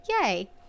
yay